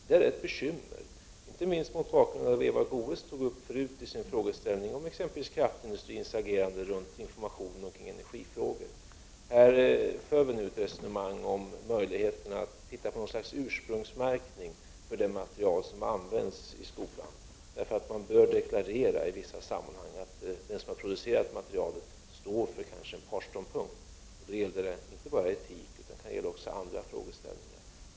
Det är ett bekymmer, inte minst mot bakgrund av vad Eva Goéös tog upp isin fråga om exempelvis kraftindustrins agerande när det gäller informationen kring energifrågor. På den här punkten för vi nu ett resonemang om möjligheterna att införa något slags ursprungsmärkning för det material som används i skolan — man bör i vissa sammanhang deklarera att den som har producerat ett material kanske står för en partsståndpunkt. Det gäller då inte bara etik, utan det kan också gälla andra saker.